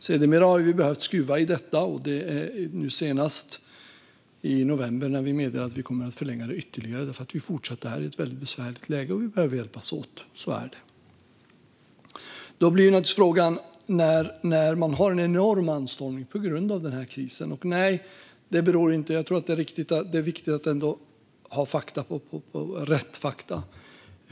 Sedermera har vi behövt skruva i detta, senast i november när vi meddelade att vi kommer att förlänga det ytterligare. Vi är ju fortfarande i ett väldigt besvärligt läge, och vi behöver hjälpas åt. Så är det. Vid den enorma anstormningen på grund av den här krisen tror jag att det är viktigt att ha rätt fakta.